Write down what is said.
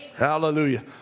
Hallelujah